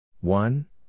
one